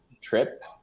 trip